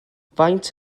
faint